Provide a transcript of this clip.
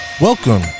Welcome